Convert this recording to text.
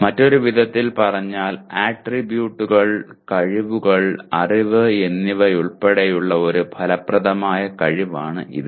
മറ്റൊരു വിധത്തിൽ പറഞ്ഞാൽ ആട്രിബ്യൂട്ടുകൾ കഴിവുകൾ അറിവ് എന്നിവയുൾപ്പെടെയുള്ള ഒരു ഫലപ്രദമായ കഴിവാണ് ഇത്